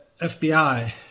FBI